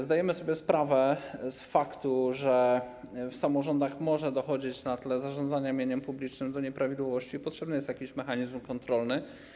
Zdajemy sobie sprawę z faktu, że w samorządach może dochodzić na tle zarządzania mieniem publicznym do nieprawidłowości, a więc potrzebny jest jakiś mechanizm kontrolny.